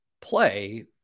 play